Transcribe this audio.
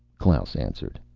klaus answered.